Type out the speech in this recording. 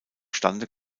stande